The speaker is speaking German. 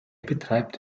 betreibt